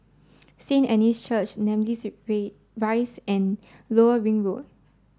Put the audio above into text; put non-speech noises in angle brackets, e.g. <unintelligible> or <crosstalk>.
Saint Anne's Church Namly <unintelligible> Rise and Lower Ring Road